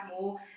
more